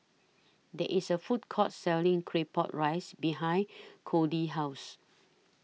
There IS A Food Court Selling Claypot Rice behind Codey's House